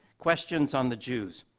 questions on the jews.